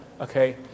Okay